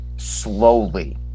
Slowly